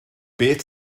beth